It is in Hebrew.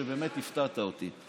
באמת הפתעת אותי.